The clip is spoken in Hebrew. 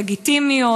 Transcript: לגיטימיות?